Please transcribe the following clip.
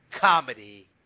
comedy